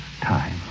time